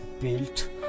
built